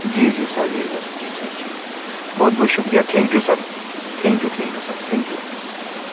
جی جی سر جی سر جی سر جی بہت بہت شکریہ thank you sir thank you thank you sir thank you